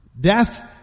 Death